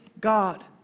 God